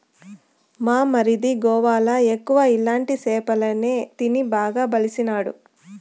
మా మరిది గోవాల ఎక్కువ ఇలాంటి సేపలే తిని బాగా బలిసినాడు